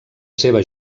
seva